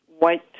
white